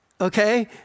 okay